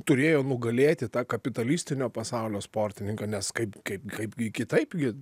turėjo nugalėti tą kapitalistinio pasaulio sportininką nes kaip kaip kaipgi kitaip gi